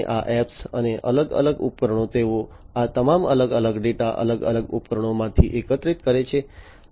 આ એપ્સ અને અલગ અલગ ઉપકરણો તેઓ આ તમામ અલગ અલગ ડેટા અલગ અલગ ઉપકરણોમાંથી એકત્રિત કરે છે